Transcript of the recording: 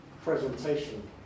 presentation